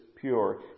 pure